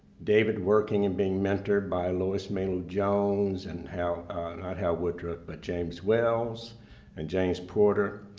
david working and being mentored by lois mailou jones, and hal not hal woodruff, but james wells and james porter.